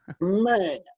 Man